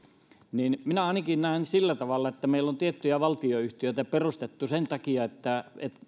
minä ainakin näen sillä tavalla että meillä on tiettyjä valtionyhtiötä perustettu sen takia että